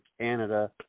Canada